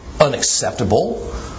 unacceptable